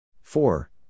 Four